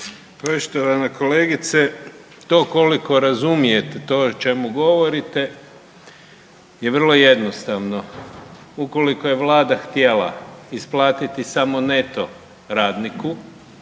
Poštovana kolegice to koliko razumijete to o čemu govorite je vrlo jednostavno. Ukoliko je Vlada htjela isplatiti samo neto radniku